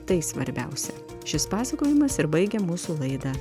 tai svarbiausia šis pasakojimas ir baigia mūsų laidą